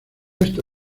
esta